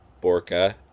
Borka